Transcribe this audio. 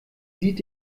sieht